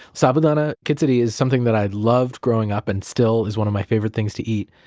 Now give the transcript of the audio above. sabudana khichdi is something that i've loved growing up and still is one of my favorite things to eat,